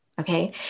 Okay